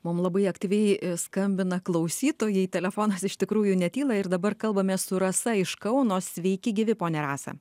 mum labai aktyviai skambina klausytojai telefonas iš tikrųjų netyla ir dabar kalbamės su rasa iš kauno sveiki gyvi ponia rasa